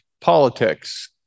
politics